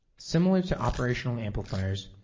similar to operational amplifiers,